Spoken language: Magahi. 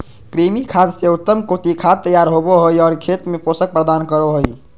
कृमि खाद से उत्तम कोटि खाद तैयार होबो हइ और खेत में पोषक प्रदान करो हइ